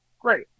Great